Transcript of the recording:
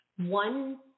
one